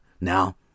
Now